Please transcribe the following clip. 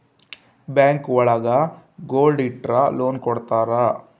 bank ಒಳಗ gold ಇಟ್ರ loan ಕೊಡ್ತಾರ